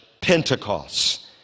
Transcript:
pentecost